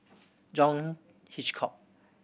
John Hitchcock